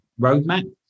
roadmap